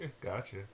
Gotcha